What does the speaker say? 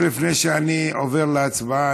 לפני שאני עובר להצבעה,